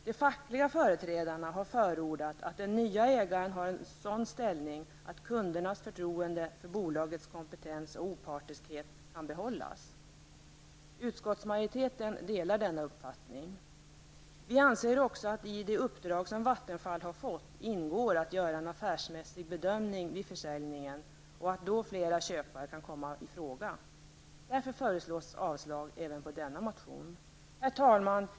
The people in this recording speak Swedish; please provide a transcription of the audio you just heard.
De fackliga företrädarna har förordat att den nya ägaren skall ha en sådan ställning att kundernas förtroende för bolagets kompetens och opartiskhet kan behållas. Utskottmajoriteten delar denna uppfattning. Vi anser också att det i det uppdrag som Vattenfall har fått ingår att göra en affärsmässig bedömning vid försäljningen och att då flera köpare kan komma i fråga. Därför föreslås avslag även på denna motion. Herr talman!